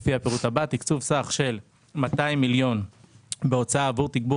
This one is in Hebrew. לפי הפירוט הבא: תקצוב סך של 200 מיליון בהוצאה עבור תגבור